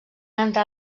entrar